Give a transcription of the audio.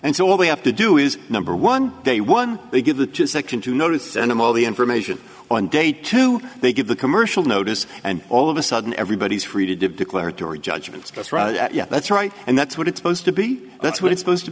and so all they have to do is number one day one they give the section to notice and of all the information on day two they give the commercial notice and all of a sudden everybody is free to do declaratory judgment that's right and that's what it's supposed to be that's what it's supposed to